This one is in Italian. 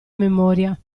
memoria